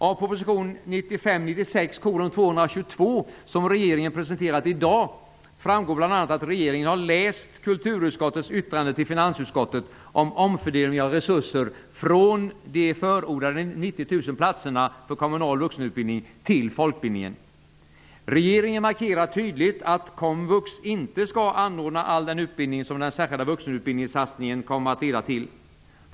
Av proposition 1995/96:222, som regeringen presenterat i dag, framgår bl.a. att regeringen har läst kulturutskottets yttrande till finansutskottet om en omfördelning av resurser från de förordade 90 000 platserna i den kommunala vuxenutbildningen till folkbildningen. Regeringen markerar tydligt att komvux inte skall anordna all den utbildning som den särskilda vuxenutbildningssatsningen kommer att leda till.